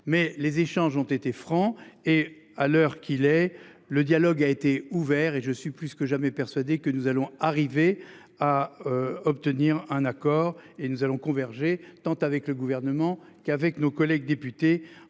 Mais les échanges ont été francs et à l'heure qu'il est le dialogue a été ouvert et je suis plus que jamais persuadé que nous allons arriver à. Obtenir un accord et nous allons converger tant avec le gouvernement qu'avec nos collègues députés